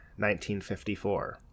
1954